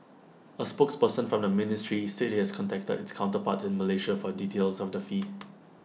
A spokesperson from the ministry said IT has contacted its counterparts in Malaysia for details of the fee